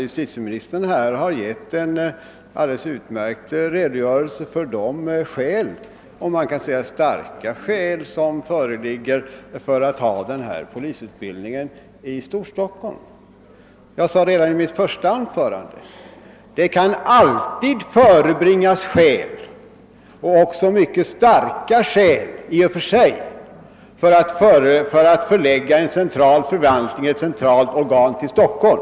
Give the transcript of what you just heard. Justitieministern har gett en alldeles utmärkt redogörelse för de skäl — man kan säga starka skäl — som finns för att förlägga denna polisutbildning till Storstockholm. Jag sade redan i mitt första anförande att det alltid kan förebringas skäl och i och för sig även mycket starka skäl för att förlägga en central förvaltning eller ett annat centralt organ till Stockholm.